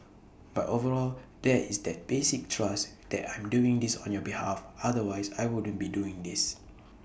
but overall there is that basic trust that I'm doing this on your behalf otherwise I wouldn't be doing this